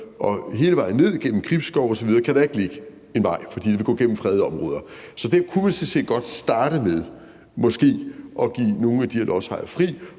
og hele vejen ned igennem Gribskov osv. kan der ikke ligge en vej, fordi det går gennem fredede områder. Så der kunne man sådan set godt starte med måske at give nogle af de her lodsejere fri